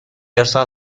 ارسال